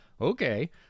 okay